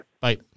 Bye